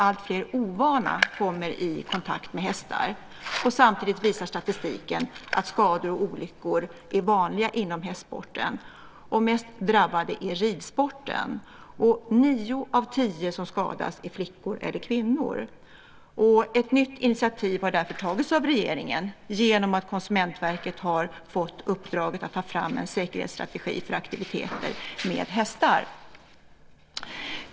Alltfler ovana kommer i kontakt med hästar. Samtidigt visar statistiken att skador och olyckor är vanliga inom hästsporten. Mest drabbad är ridsporten, och nio av tio som skadas är flickor eller kvinnor. Ett nytt initiativ har därför tagits av regeringen genom att Konsumentverket har fått uppdraget att ta fram en säkerhetsstrategi för aktiviteter med hästar.